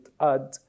add